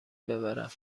ببرم